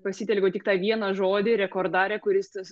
pasitelkiau tik tą vieną žodį rekordare kuris tas